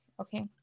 Okay